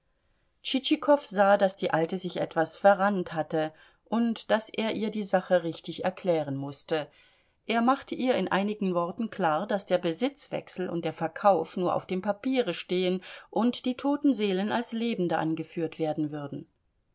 tschitschikow sah daß die alte sich etwas verrannt hatte und daß er ihr die sache richtig erklären mußte er machte ihr in einigen worten klar daß der besitzwechsel und der verkauf nur auf dem papiere stehen und die toten seelen als lebende angeführt werden würden